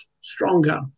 stronger